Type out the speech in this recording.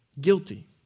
Guilty